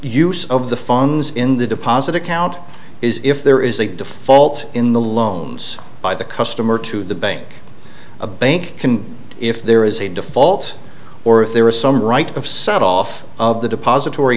use of the funds in the deposit account is if there is a default in the loans by the customer to the bank or a bank can if there is a default or if there is some right of set off of the deposit